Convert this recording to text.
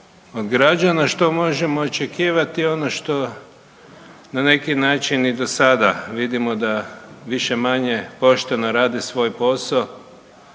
od građana što možemo očekivati je ono što na neki način i do sada vidimo da više-manje pošteno rade svoj posao.